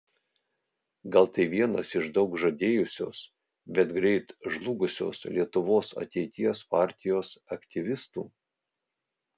gal tai vienas iš daug žadėjusios bet greit žlugusios lietuvos ateities partijos aktyvistų